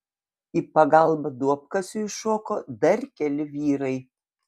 į pagalbą duobkasiui šoko dar keli vyrai